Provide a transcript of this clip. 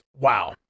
wow